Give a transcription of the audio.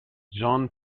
jean